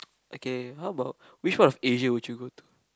okay how about which part of Asia would you go to